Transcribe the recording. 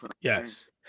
Yes